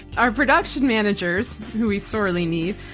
our production managers, who we sorely need,